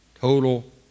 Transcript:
Total